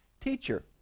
teacher